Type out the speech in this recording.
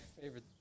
favorite